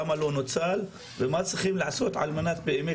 למה הוא לא נוצל ומה צריכים לעשות על מנת באמת